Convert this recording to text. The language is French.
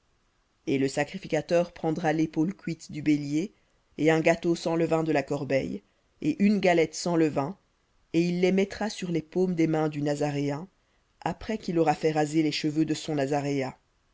et le sacrificateur prendra l'épaule cuite du bélier et un gâteau sans levain de la corbeille et une galette sans levain et il les mettra sur les paumes des mains du nazaréen après qu'il aura fait raser son